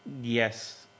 yes